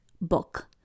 book